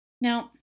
Now